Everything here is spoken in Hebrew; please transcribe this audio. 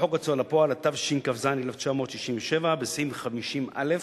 בחוק ההוצאה לפועל, התשכ"ז 1967, בסעיף 50(א),